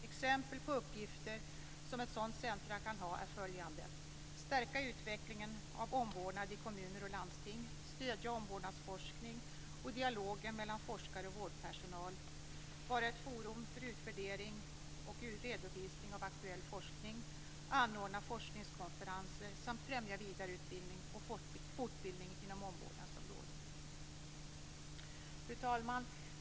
Exempel på uppgifter som ett sådant centrum kan ha är att · stärka utvecklingen av omvårdnad i kommuner och landsting · stödja omvårdnadsforskning och dialogen mellan forskare och vårdpersonal · vara ett forum för utvärdering och redovisning av aktuell forskning Fru talman!